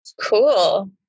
Cool